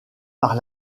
par